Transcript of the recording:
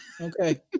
Okay